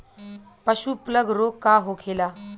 पशु प्लग रोग का होखेला?